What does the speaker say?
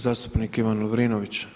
Zastupnik Ivan Lovrinović.